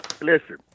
listen